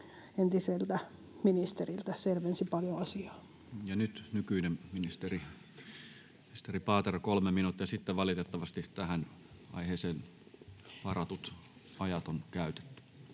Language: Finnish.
entiseltä ministeriltä. Selvensi paljon asiaa. Ja nyt nykyinen ministeri Paatero, kolme minuuttia, sitten valitettavasti tähän aiheeseen varatut ajat on käytetty.